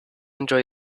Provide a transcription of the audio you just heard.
enjoy